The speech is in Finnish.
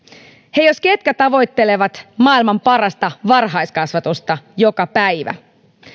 he jos ketkä tavoittelevat maailman parasta varhaiskasvatusta joka päivä